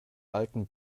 alten